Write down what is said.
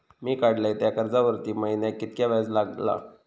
मी काडलय त्या कर्जावरती महिन्याक कीतक्या व्याज लागला?